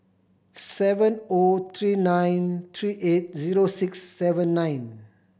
seven O three nine three eight zero six seven nine